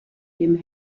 dem